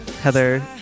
Heather